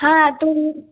હા તો હું